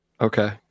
Okay